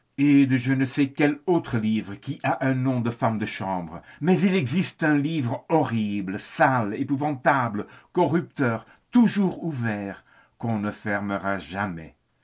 et de je ne sais quel autre livre qui a un nom de femme de chambre mais il existe un livre horrible sale épouvantable corrupteur toujours ouvert qu'on ne fermera jamais